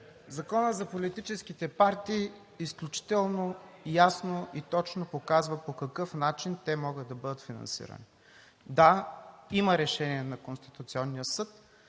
Законът за политическите партии изключително ясно и точно показва по какъв начин те могат да бъдат финансирани. Да, има решение на Конституционния съд